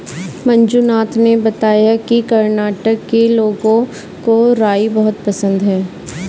मंजुनाथ ने बताया कि कर्नाटक के लोगों को राई बहुत पसंद है